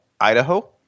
Idaho